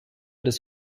des